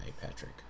patrick